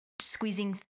squeezing